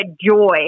joy